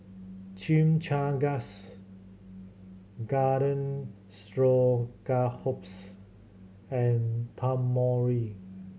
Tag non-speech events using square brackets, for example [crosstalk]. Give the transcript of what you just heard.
Chimichangas Garden [unintelligible] and [unintelligible]